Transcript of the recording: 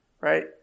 right